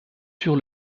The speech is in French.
sur